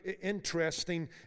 interesting